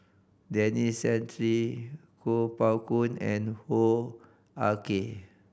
Denis Santry Kuo Pao Kun and Hoo Ah Kay